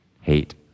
hate